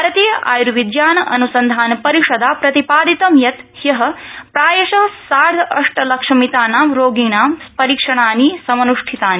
भारतीय आयुर्विज्ञान अनुसन्धान परिषदा प्रतिपादितं यत् ह्य प्रायश सार्ध अष्टलक्षमितानां रोगिणां परीक्षणानि समनुष्ठितानि